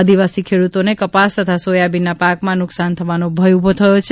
આદિવાસી ખેડૂતોને કપાસ તથા સોયાબિનના પાકમાં નુકસાન થવાનો ભય ઉભો થયો છે